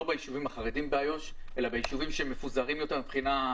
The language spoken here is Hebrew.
בישובים החרדיים באיו"ש אלא בישובים שמפוזרים יותר.